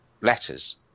letters